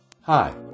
Hi